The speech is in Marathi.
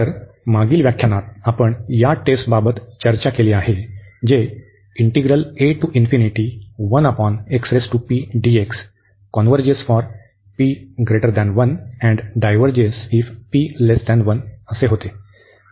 तर मागील व्याख्यानात आपण या टेस्टबाबत चर्चा केली आहे जे होते